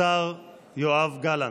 השר יואב גלנט.